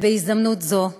ובהזדמנות זו,